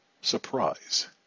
surprise